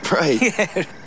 Right